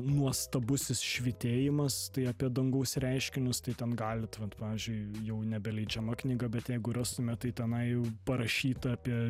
nuostabusis švytėjimas tai apie dangaus reiškinius tai ten galit vat pavyzdžiui jau nebeleidžiama knyga bet jeigu rastume tai tenai jau parašyta apie